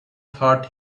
thought